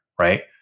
right